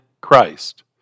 Christ